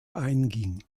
einging